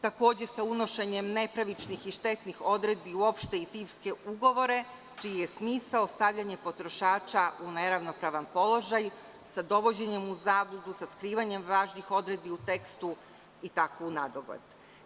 Takođe, sa unošenjem nepravičnih i štetnih odredbi uopšte i pivske ugovore čiji je smisao stavljanje potrošača u neravnopravan položaj, sa dovođenjem u zabludu, sa skrivanjem važnih odredbi u tekstu i tako unedogled.